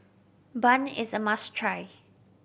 bun is a must try